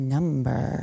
Number